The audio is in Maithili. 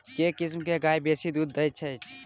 केँ किसिम केँ गाय बेसी दुध दइ अछि?